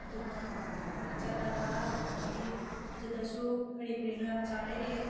ꯑꯗꯨꯗ ꯆꯠꯂꯒ ꯑꯗꯨꯗꯒꯤ ꯑꯗꯨꯗꯒꯤ ꯀꯔꯤ ꯀꯔꯤꯅꯣ ꯌꯥꯝ ꯆꯥꯔꯛꯑꯦ